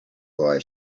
boy